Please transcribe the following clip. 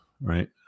right